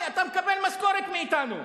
אתם מקבל משכורת מאתנו.